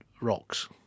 rocks